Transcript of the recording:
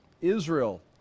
Israel